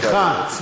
בבקשה, אדוני.